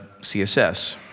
CSS